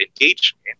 engagement